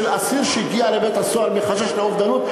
אסיר שהגיע לבית-הסוהר מחשש לאובדנות,